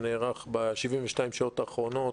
שנערך ב-72 שעות האחרונות,